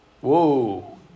Whoa